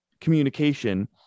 communication